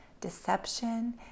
deception